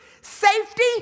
safety